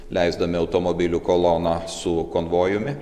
leisdami automobilių koloną su konvojumi